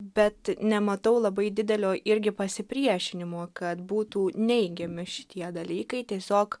bet nematau labai didelio irgi pasipriešinimo kad būtų neigiami šitie dalykai tiesiog